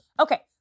Okay